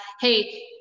hey